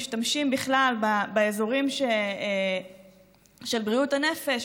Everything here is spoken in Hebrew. באזורים של בריאות הנפש,